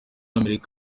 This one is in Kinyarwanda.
amerika